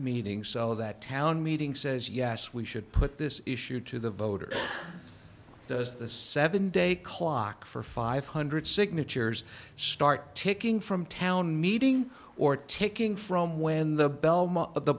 meeting so that town meeting says yes we should put this issue to the voter does the seven day clock for five hundred signatures start ticking from town meeting or ticking from when the belmont